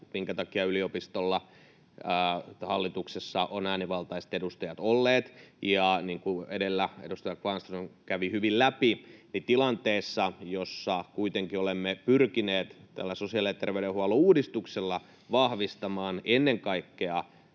minkä takia hallituksessa ovat äänivaltaiset yliopiston edustajat olleet. Ja niin kuin edellä edustaja Kvarnström kävi hyvin läpi, niin tilanteessa, jossa kuitenkin olemme pyrkineet tällä sosiaali- ja terveydenhuollon uudistuksella vahvistamaan ennen kaikkea